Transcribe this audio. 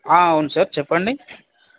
అవును సార్ చెప్పండి